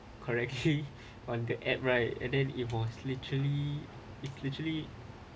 correct she on the app right and then it was literally it literally